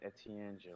Etienne